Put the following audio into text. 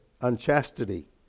unchastity